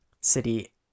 city